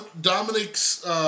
Dominic's